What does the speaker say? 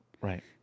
Right